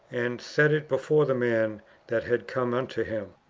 and set it before the man that had come unto him.